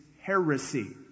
heresy